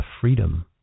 freedom